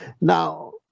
Now